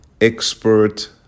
expert